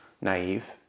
naive